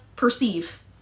perceive